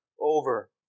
over